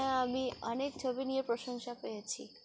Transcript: হ্যাঁ আমি অনেক ছবি নিয়ে প্রশংসা পেয়েছি